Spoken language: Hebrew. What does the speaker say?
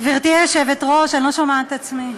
גברתי היושבת-ראש, אני לא שומעת את עצמי.